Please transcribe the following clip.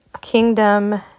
kingdom